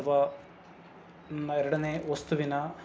ಅಥವಾ ನನ್ನ ಎರಡನೇ ವಸ್ತುವಿನ